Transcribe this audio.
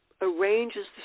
arranges